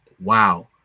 Wow